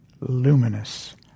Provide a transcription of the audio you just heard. luminous